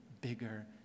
bigger